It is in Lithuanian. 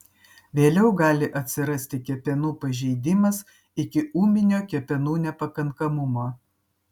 vėliau gali atsirasti kepenų pažeidimas iki ūminio kepenų nepakankamumo